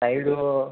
side